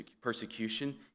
persecution